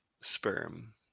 sperm